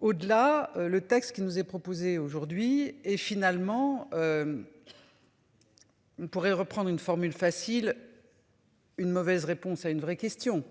Au-delà, le texte qui nous est proposé aujourd'hui et finalement. Il pourrait reprendre une formule facile. Une mauvaise réponse à une vraie question.